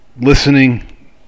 listening